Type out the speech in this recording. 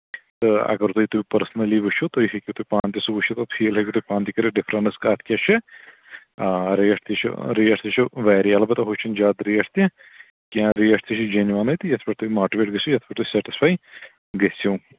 تہٕ اَگر تُہۍ تُہۍ پٔرسٕنٔلی وٕچھِو تُہۍ ہیٚکِو تُہۍ پانہٕ تہِ سُہ وٕچھِتھ فیٖل ہیٚکِو تُہۍ پانہٕ تہِ کٔرِتھ ڈِفرَنٕس کَتھ کیٛاہ چھِ آ ریٹ تہِ چھِ ریٹ تہِ چھِ واریاہ اَلبتہ ہُہ چھِنہٕ زیادٕ ریٹ تہِ کیٚنٛہہ ریٹ تہِ چھِ جٮ۪نوَنٕے تہٕ یِتھ پٲٹھۍ تُہۍ موٹِویٹ گٔژھِو یِتھ پٲٹھۍ تُہۍ سٮ۪ٹِسفَے گٔژھِو